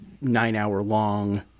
nine-hour-long